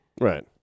Right